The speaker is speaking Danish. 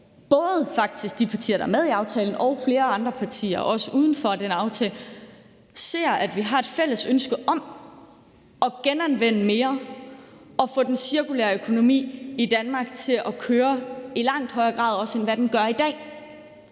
både de partier, der er med i aftalen, og også flere andre partier uden for den aftale – fordi jeg helt oprigtigt ser, at vi har et fælles ønske om at genanvende mere og få den cirkulære økonomi i Danmark til at køre også i langt højere grad, end den gør i dag.